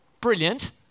Brilliant